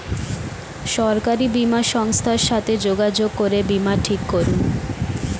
সরকারি বীমা সংস্থার সাথে যোগাযোগ করে বীমা ঠিক করুন